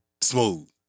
smooth